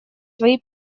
свои